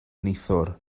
neithiwr